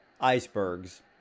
icebergs